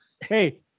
Hey